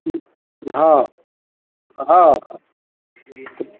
नहीं हँ अ हँ जी कहिए